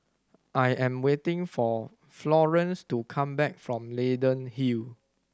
I am waiting for Florance to come back from Leyden Hill